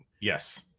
Yes